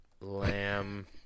Lamb